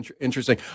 Interesting